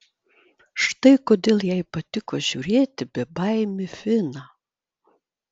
štai kodėl jai patiko žiūrėti bebaimį finą